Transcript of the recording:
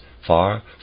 far